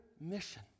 mission